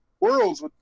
worlds